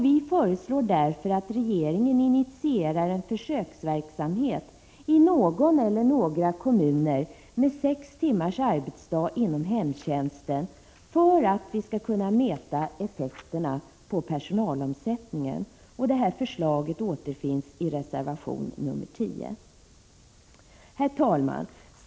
Vi föreslår därför att regeringen initierar en försöksverksamhet i någon eller några kommuner med sextimmars arbetsdag inom hemtjänsten, för att vi skall kunna mäta effekterna på personalomsättningen. Detta förslag återfinns i reservation nr 10. Herr talman!